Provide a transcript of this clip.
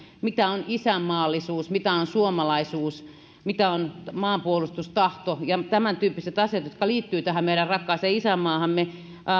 mitä on isänmaallisuus mitä on suomalaisuus mitä on maanpuolustustahto ja tämän tyyppiset asiat jotka liittyvät tähän meidän rakkaaseen isänmaahamme